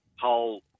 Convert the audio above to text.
whole